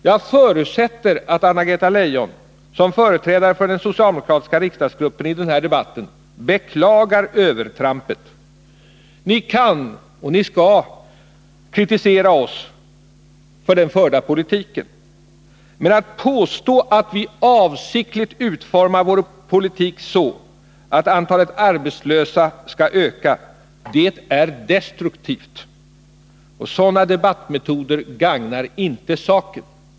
Jag förutsätter att Anna-Greta Leijon som företrädare för den socialdemokratiska riksdagsgruppen i den här debatten beklagar övertrampet. Ni kan och ni skall kritisera oss för den förda politiken. Men att påstå att vi avsiktligt utformar vår politik så att antalet arbetslösa skall öka är destruktivt, och sådana debattmetoder gagnar inte saken.